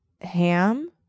ham